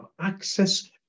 access